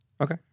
Okay